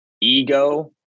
ego